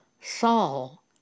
Saul